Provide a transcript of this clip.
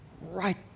right